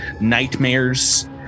nightmares